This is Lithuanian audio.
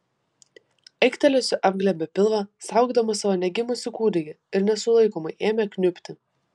aiktelėjusi apglėbė pilvą saugodama savo negimusį kūdikį ir nesulaikomai ėmė kniubti